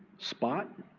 spot,